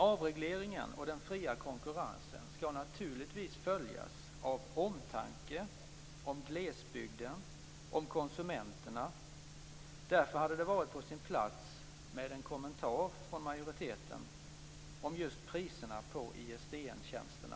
Avregleringen och den fria konkurrensen skall naturligtvis åtföljas av omtanke om glesbygden och om konsumenterna. Därför hade det varit på sin plats med en kommentar från majoriteten om just priserna på ISDN-tjänsterna.